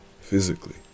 physically